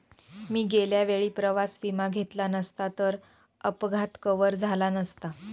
मी गेल्या वेळी प्रवास विमा घेतला नसता तर अपघात कव्हर झाला नसता